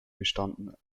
bestanden